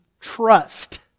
trust